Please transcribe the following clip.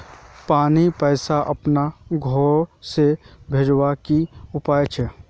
पानीर पैसा अपना घोर से भेजवार की उपाय छे?